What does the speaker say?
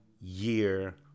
year